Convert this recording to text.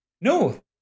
No